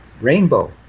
rainbow